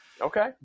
okay